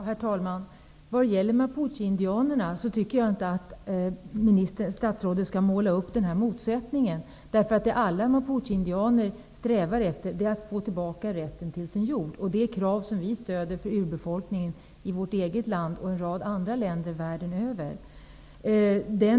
Herr talman! Vad gäller mapucheindianerna tycker jag inte att statsrådet skall måla upp en motsättning. Vad alla mapucheindianer strävar efter är att få tillbaka rätten till sin jord. Det är ett krav som vi i Vänsterpartiet i vårt eget land och i en rad andra länder världen över stöder för urbefolkningen.